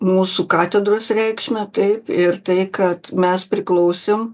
mūsų katedros reikšmę taip ir tai kad mes priklausėm